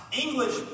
English